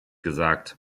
gesagt